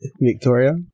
Victoria